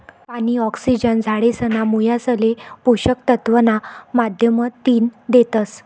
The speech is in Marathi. पानी, ऑक्सिजन झाडेसना मुयासले पोषक तत्व ना माध्यमतीन देतस